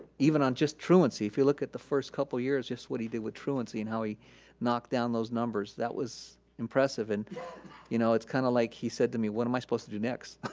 even on just truancy. if you look at the first couple years just what he did with truancy and how he knocked down those numbers. that was impressive and you know it's kinda like he said to me, what am i supposed to do next?